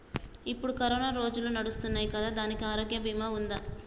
ఇప్పుడు కరోనా రోజులు నడుస్తున్నాయి కదా, దానికి ఆరోగ్య బీమా ఉందా?